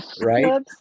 Right